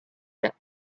that